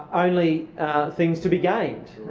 only things to be gained.